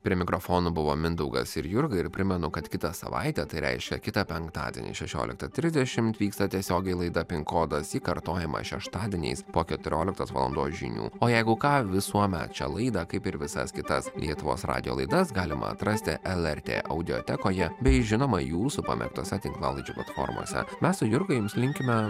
prie mikrofonų buvo mindaugas ir jurga ir primenu kad kitą savaitę tai reiškia kitą penktadienį šešiolika trisdešimt vyksta tiesiogiai laida pinkodas ji kartojama šeštadieniais po keturioliktos valandos žinių o jeigu ką visuomet šią laidą kaip ir visas kitas lietuvos radijo laidas galima atrasti lrt audiotekoje bei žinoma jūsų pamėgtose tinklalaidžių platformose mes su jurga jums linkime